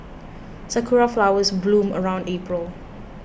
sakura flowers bloom around April